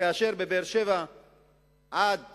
כאשר עד